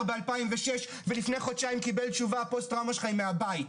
ב-2006 ולפני חודשיים קיבל תשובה הפוסט טראומה שלך היא מהבית,